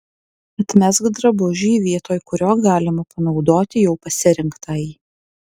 atmesk drabužį vietoj kurio galima panaudoti jau pasirinktąjį